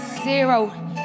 Zero